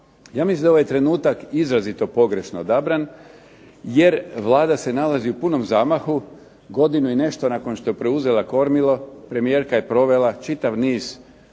Ja mislim da je ovaj trenutak izrazito pogrešno odabran, jer Vlada se nalazi u punom zamahu. Godinu i nešto nakon što je preuzela kormilo premijerka je provela čitav niz